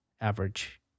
average